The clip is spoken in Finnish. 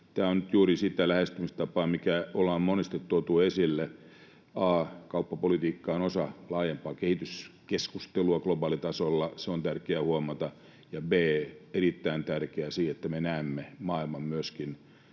Tämä on nyt juuri sitä lähestymistapaa, mikä ollaan monesti tuotu esille: a) kauppapolitiikka on osa laajempaa kehityskeskustelua globaalitasolla, se on tärkeää huomata, ja b) on erittäin tärkeää, että me näemme maailman myöskin